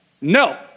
no